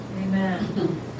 Amen